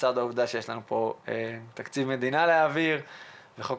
לצד העבודה שיש לנו תקציב מדינה להעביר וחוק